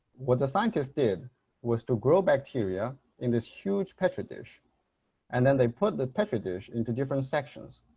what the scientists did was to grow bacteria in this huge petri dish and then they put the petri dish in to different sections.